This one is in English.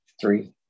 three